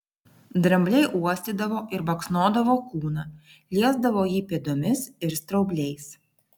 drambliai uostydavo ir baksnodavo kūną liesdavo jį pėdomis ir straubliais